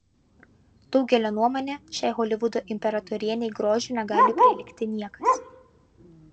daugelio nuomone šiai holivudo imperatorienei grožiu negali prilygti niekas